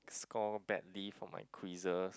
score badly for my quizzes